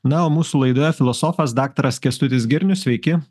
na o mūsų laidoje filosofas daktaras kęstutis girnius sveiki